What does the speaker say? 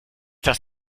das